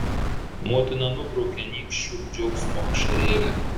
motina nubraukia nykščiu džiaugsmo ašarėlę